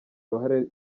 uruhare